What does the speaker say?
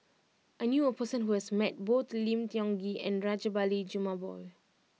I knew a person who has met both Lim Tiong Ghee and Rajabali Jumabhoy